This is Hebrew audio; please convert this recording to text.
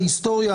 ההיסטוריה,